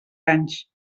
anys